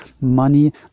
money